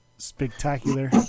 spectacular